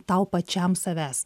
tau pačiam savęs